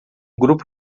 grupo